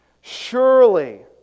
Surely